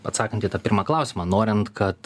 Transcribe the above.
atsakant į tą pirmą klausimą norint kad